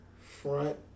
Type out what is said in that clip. front